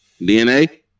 DNA